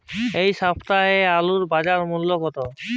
এ সপ্তাহের আলুর বাজার মূল্য কত?